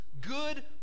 good